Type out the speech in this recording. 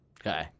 Okay